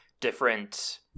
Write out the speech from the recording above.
different